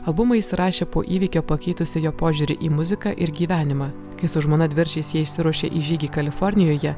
albumą jis įrašė po įvykio pakeitusio jo požiūrį į muziką ir gyvenimą kai su žmona dviračiais jie išsiruošė į žygį kalifornijoje